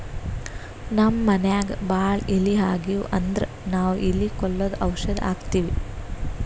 ನಮ್ಮ್ ಮನ್ಯಾಗ್ ಭಾಳ್ ಇಲಿ ಆಗಿವು ಅಂದ್ರ ನಾವ್ ಇಲಿ ಕೊಲ್ಲದು ಔಷಧ್ ಹಾಕ್ತಿವಿ